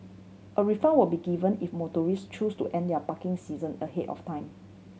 a refund will be given if motorist choose to end their parking session ahead of time